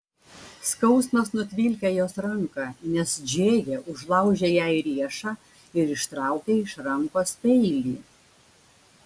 skausmas nutvilkė jos ranką nes džėja užlaužė jai riešą ir ištraukė iš rankos peilį